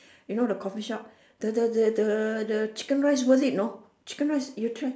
you know the coffee shop the the the the chicken rice worth it know chicken rice you try